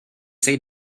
say